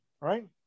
right